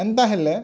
ଏନ୍ତା ହେଲେ